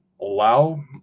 allow